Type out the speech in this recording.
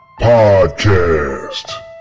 Podcast